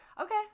Okay